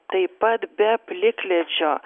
taip pat be plikledžio